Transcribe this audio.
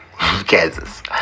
Kansas